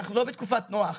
ואנחנו לא בתקופת נוח.